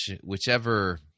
whichever